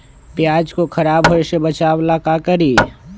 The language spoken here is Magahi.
प्याज को खराब होय से बचाव ला का करी?